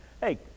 Hey